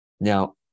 now